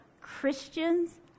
Christians